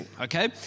Okay